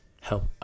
help